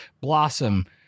Blossom